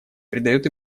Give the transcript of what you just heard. придает